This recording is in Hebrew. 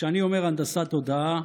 כשאני אומר "הנדסת תודעה"